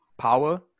power